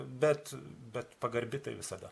bet bet pagarbi tai visada